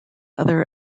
other